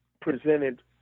presented